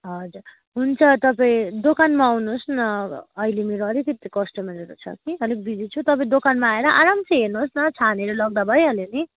हजुर हुन्छ तपाईँ दोकानमा आउनुहोस् न अहिले मेरो अलिकति कस्टमरहरू छ कि अलिक बिजी छु तपाईँ दोकानमा आएर आराम से हेर्नुहोस् न छानेर लाँदा भइहाल्यो नि